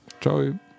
Ciao